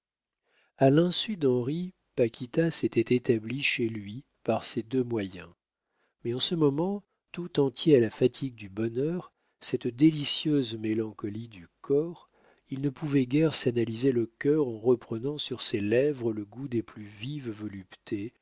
a l'insu d'henri paquita s'était établie chez lui par ces deux moyens mais en ce moment tout entier à la fatigue du bonheur cette délicieuse mélancolie du corps il ne pouvait guère s'analyser le cœur en reprenant sur ses lèvres le goût des plus vives voluptés